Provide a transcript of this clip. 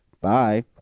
bye